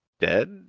dead